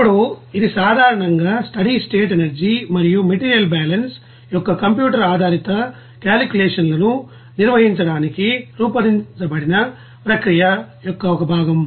ఇప్పుడు ఇది సాధారణంగా స్టడీ స్టేట్ ఎనర్జీ మరియు మెటీరియల్ బ్యాలెన్స్ యొక్క కంప్యూటర్ ఆధారిత క్యాలీక్యూలేషన్స్ లను నిర్వహించడానికి రూపొందించబడిన ప్రక్రియ యొక్క ఒక భాగం